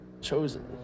chosen